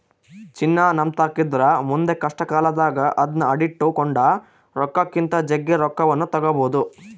ಚಿನ್ನ ನಮ್ಮತಾಕಿದ್ರ ಮುಂದೆ ಕಷ್ಟಕಾಲದಾಗ ಅದ್ನ ಅಡಿಟ್ಟು ಕೊಂಡ ರೊಕ್ಕಕ್ಕಿಂತ ಜಗ್ಗಿ ರೊಕ್ಕವನ್ನು ತಗಬೊದು